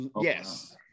Yes